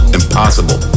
impossible